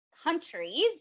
Countries